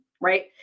right